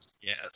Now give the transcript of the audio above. Yes